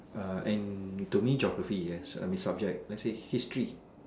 uh and to me geography is a subject let's say history